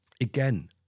Again